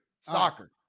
Soccer